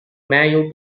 mayo